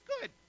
good